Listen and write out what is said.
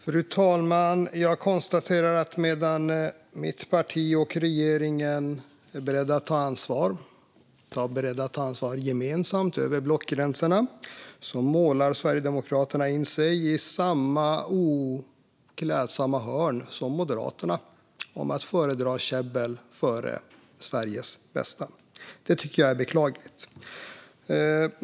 Fru talman! Jag konstaterar att medan mitt parti och regeringen är beredda att ta ansvar och beredda att ta ansvar gemensamt över blockgränserna målar Sverigedemokraterna in sig i samma oklädsamma hörn som Moderaterna. De föredrar käbbel framför Sveriges bästa. Det tycker jag är beklagligt.